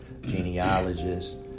genealogist